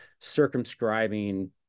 circumscribing